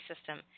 system